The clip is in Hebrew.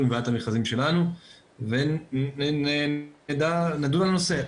וועדת המכרזים שלנו ונדון על הנושא.